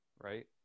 right